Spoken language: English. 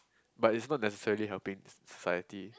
but it's not necessarily helping society